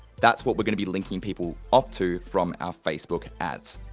that's what we're going to be linking people up to from our facebook ads.